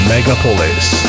Megapolis